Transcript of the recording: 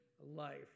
life